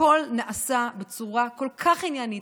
הכול נעשה בצורה כל כך עניינית,